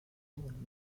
und